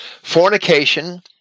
Fornication